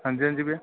हां जी हां जी